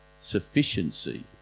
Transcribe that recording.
sufficiency